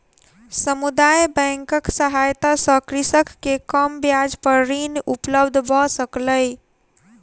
समुदाय बैंकक सहायता सॅ कृषक के कम ब्याज पर ऋण उपलब्ध भ सकलै